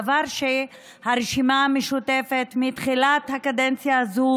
דבר שהרשימה המשותפת מתחילת הקדנציה הזו